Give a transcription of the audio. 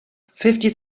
fifty